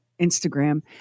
Instagram